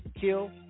kill